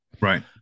Right